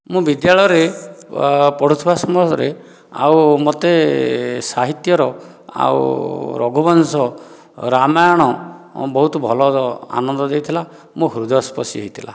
ମୁଁ ବିଦ୍ୟାଳୟରେ ପଢ଼ୁଥିବା ସମୟରେ ଆଉ ମୋତେ ସାହିତ୍ୟର ଆଉ ରଘୁବଂଶ ରାମାୟଣ ବହୁତ ଭଲ ଆନନ୍ଦ ଦେଇଥିଲା ମୋ ହୃଦୟସ୍ପର୍ଶି ହୋଇଥିଲା